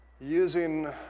using